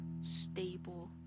stable